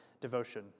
devotion